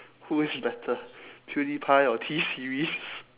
who is better pewdiepie or T series